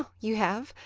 you have?